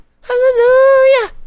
Hallelujah